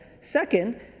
Second